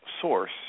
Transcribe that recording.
source